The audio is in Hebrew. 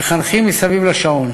"מחנכים מסביב לשעון".